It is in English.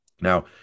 Now